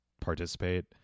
participate